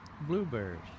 blueberries